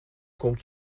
komt